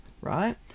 right